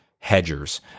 Hedgers